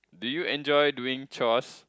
do you enjoy doing chores